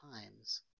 times